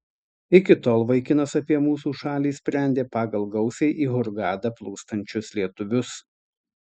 iki tol vaikinas apie mūsų šalį sprendė pagal gausiai į hurgadą plūstančius lietuvius